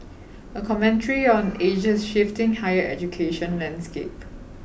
a commentary on Asia's shifting higher education landscape